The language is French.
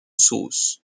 sauce